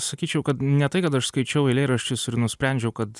sakyčiau kad ne tai kad aš skaičiau eilėraščius ir nusprendžiau kad